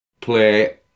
play